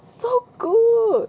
so good